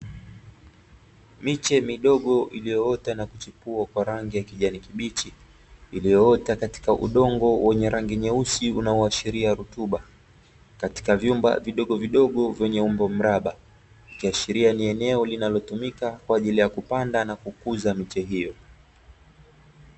Miche midogo iliyoota nakuchipua kwa rangi ya kijani kibichi, iliyoota katika udongo mweusi unaohashiria rutuba katika vyumba vidogovidogo vyenye umbo mraba. Vikiashiria ni eneo linalotumika kwaajili ya kupanda nakukuza miche hiyo .